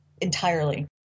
entirely